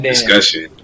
Discussion